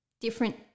different